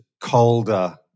colder